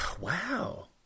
Wow